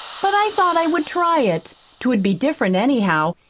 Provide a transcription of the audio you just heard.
but i thought i would try it twould be different, anyhow,